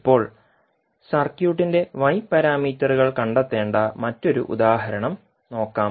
ഇപ്പോൾ സർക്യൂട്ടിന്റെ Y പാരാമീറ്ററുകൾ കണ്ടെത്തേണ്ട മറ്റൊരു ഉദാഹരണം നോക്കാം